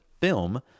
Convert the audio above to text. film